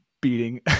beating